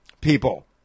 people